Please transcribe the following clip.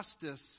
justice